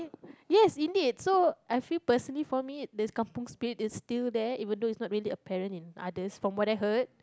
yes indeed so I feel personally for me the kampung Spirit is still there even though is not really apparently in others from what I heard